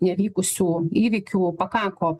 nevykusių įvykių pakako